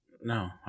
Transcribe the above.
No